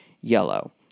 yellow